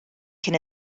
cyn